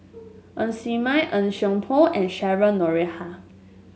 Ng Ser Miang Ng Seng Poh and Cheryl Noronha